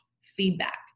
feedback